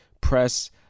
press